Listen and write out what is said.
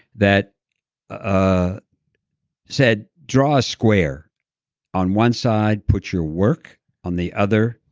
that ah said, draw a square on one side. put your work on the other,